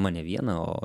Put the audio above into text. mane vieną o